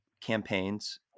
campaigns